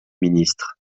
ministre